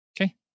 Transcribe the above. Okay